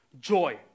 joy